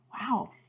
Wow